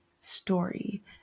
story